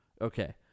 Okay